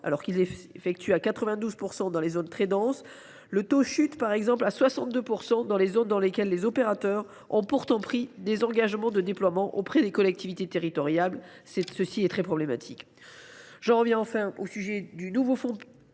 Alors qu’il est effectué à 92 % dans les zones très denses, le taux chute à 62 % dans les zones où les opérateurs ont pourtant pris des engagements de déploiement auprès des collectivités territoriales. C’est très problématique.